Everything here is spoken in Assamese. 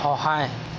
সহায়